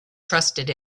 trusted